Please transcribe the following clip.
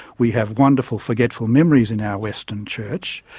we have wonderful forgetful memories in our western church.